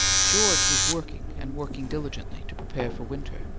george was working and working diligently, to prepare for winter,